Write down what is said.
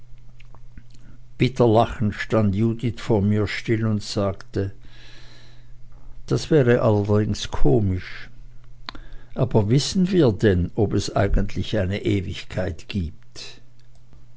bitter lachend stand judith vor mir still und sagte das wäre allerdings komisch aber wissen wir denn ob es eigentlich eine ewigkeit gibt